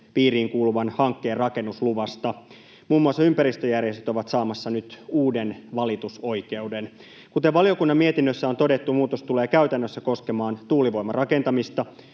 piiriin kuuluvan hankkeen rakennusluvasta. Muun muassa ympäristöjärjestöt ovat saamassa nyt uuden valitusoikeuden. Kuten valiokunnan mietinnössä on todettu, muutos tulee käytännössä koskemaan tuulivoiman rakentamista.